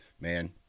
man